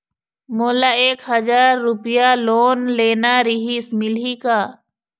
मोला एक हजार रुपया लोन लेना रीहिस, मिलही का?